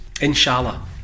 inshallah